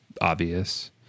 obvious